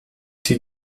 die